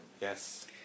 Yes